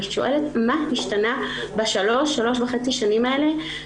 אני שואלת מה השתנה בשלוש וחצי שנים האלה